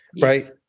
right